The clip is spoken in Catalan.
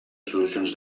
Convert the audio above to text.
solucions